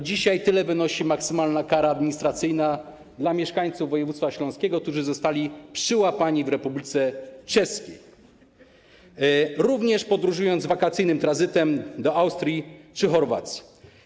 Dzisiaj tyle wynosi maksymalna kara administracyjna dla mieszkańców województwa śląskiego, którzy zostali przyłapani w Republice Czeskiej, również ci podróżujący wakacyjnym tranzytem do Austrii czy Chorwacji.